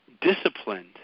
disciplined